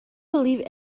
believe